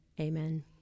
amen